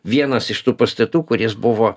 vienas iš tų pastatų kuris buvo